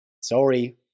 Sorry